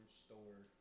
store